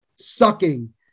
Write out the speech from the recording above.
sucking